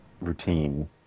routine